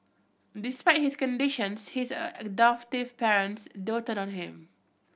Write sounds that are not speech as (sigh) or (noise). despite his conditions his (unintelligible) adoptive parents doted on him